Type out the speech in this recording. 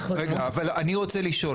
רגע, אבל אני רוצה לשאול.